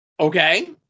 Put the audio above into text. Okay